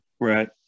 Right